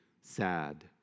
sad